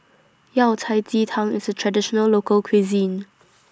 Yao Cai Ji Tang IS A Traditional Local Cuisine